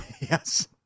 Yes